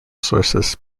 sources